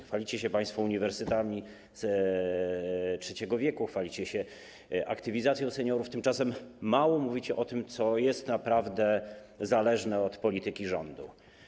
Chwalicie się państwo uniwersytetami trzeciego wieku, chwalicie się aktywizacją seniorów, tymczasem mało mówicie o tym, co jest naprawdę zależne od polityki rządu.